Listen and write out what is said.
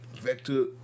Vector